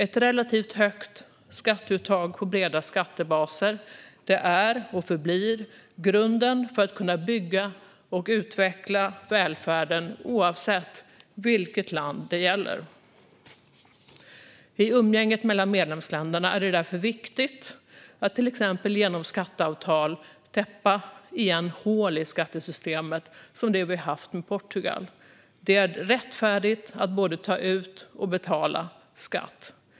Ett relativt högt skatteuttag på breda skattebaser är och förblir grunden för att kunna bygga och utveckla välfärden oavsett vilket land det gäller. I umgänget mellan medlemsländerna är det därför viktigt att till exempel genom skatteavtal täppa igen hål i skattesystemet som det vi haft i avtalet med Portugal. Det är rättfärdigt att både ta ut och betala skatt.